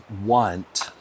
want